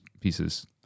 pieces